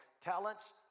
talents